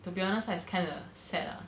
to be honest that's kinda sad lah